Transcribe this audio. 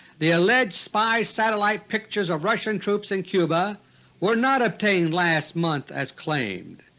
the alleged spy satellite pictures of russian troops in cuba were not obtained last month as claimed.